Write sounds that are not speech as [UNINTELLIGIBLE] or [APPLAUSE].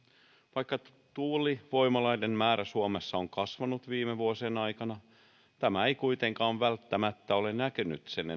vaikka tuulivoimaloiden määrä suomessa on kasvanut viime vuosien aikana tämä ei kuitenkaan välttämättä ole näkynyt sen [UNINTELLIGIBLE]